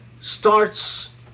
starts